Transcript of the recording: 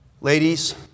Ladies